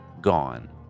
gone